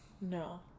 No